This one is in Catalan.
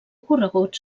corregut